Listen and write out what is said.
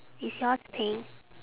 is yours pink